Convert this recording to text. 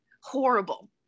horrible